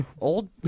Old